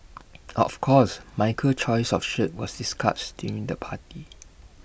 of course Michael's choice of shirt was discussed during the party